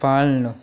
पालन